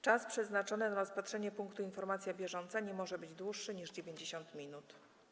Czas przeznaczony na rozpatrzenie punktu: Informacja bieżąca nie może być dłuższy niż 90 minut.